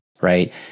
right